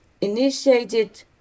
initiated